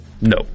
No